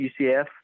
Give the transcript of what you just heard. UCF